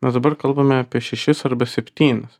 mes dabar kalbame apie šešis arba septynis